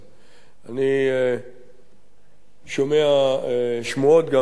אני שומע שמועות, גם במשך הבוקר,